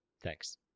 thanks